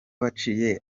waciye